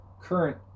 current